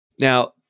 Now